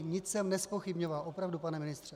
Nic jsem nezpochybňoval, opravdu, pane ministře.